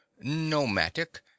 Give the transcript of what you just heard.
nomadic